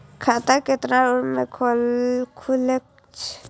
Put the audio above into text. खाता केतना उम्र के खुले छै?